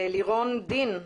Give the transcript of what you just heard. לפני כן,